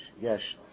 yes